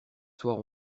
soir